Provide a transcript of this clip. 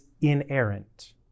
inerrant